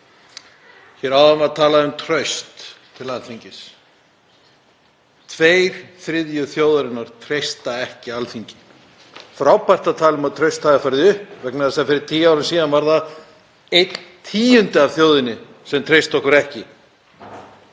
Hér áðan var talað um traust til Alþingis. Tveir þriðju þjóðarinnar treysta ekki Alþingi. Frábært að tala um að traustið hefði farið upp vegna þess að fyrir tíu árum síðan var það einn tíundi af þjóðinni sem treysti okkur ekki.